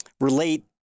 relate